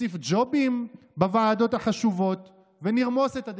נוסיף ג'ובים בוועדות החשובות ונרמוס את הדמוקרטיה.